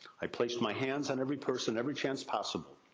i placed my hands on every person, every chance possible.